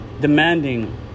demanding